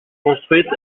construites